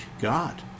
God